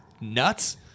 nuts